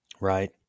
Right